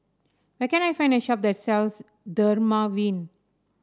where can I find a shop that sells Dermaveen